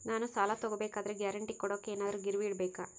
ನಾನು ಸಾಲ ತಗೋಬೇಕಾದರೆ ಗ್ಯಾರಂಟಿ ಕೊಡೋಕೆ ಏನಾದ್ರೂ ಗಿರಿವಿ ಇಡಬೇಕಾ?